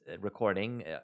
recording